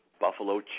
Buffalo